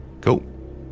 Cool